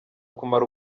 kumara